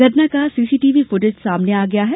घटना का CCTV footage सामने आ गया है